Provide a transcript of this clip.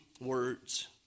words